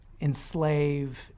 enslave